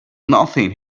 nothing